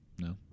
no